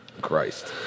Christ